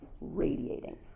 radiating